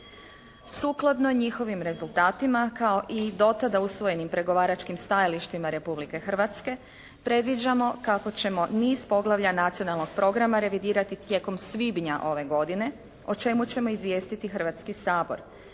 Sukladno njihovim rezultatima kao i do tada usvojenim pregovaračkim stajalištima Republike Hrvatske, predviđamo kako ćemo niz poglavlja Nacionalnog programa revidirati tijekom svibnja ove godine, o čemu ćemo izvijestiti Hrvatski sabor.